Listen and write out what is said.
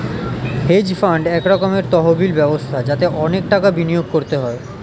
hedge fund এক রকমের তহবিল ব্যবস্থা যাতে অনেক টাকা বিনিয়োগ করতে হয়